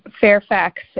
Fairfax